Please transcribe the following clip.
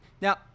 Now